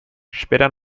später